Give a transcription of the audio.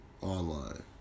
online